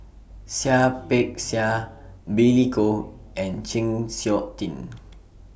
Seah Peck Seah Billy Koh and Chng Seok Tin